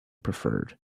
preferred